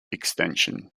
extension